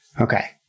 Okay